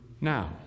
now